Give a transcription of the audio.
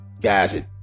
guys